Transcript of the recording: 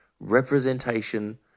representation